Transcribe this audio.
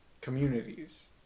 communities